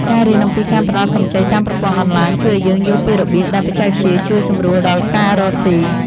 ការរៀនអំពីការផ្តល់កម្ចីតាមប្រព័ន្ធអនឡាញជួយឱ្យយើងយល់ពីរបៀបដែលបច្ចេកវិទ្យាជួយសម្រួលដល់ការរកស៊ី។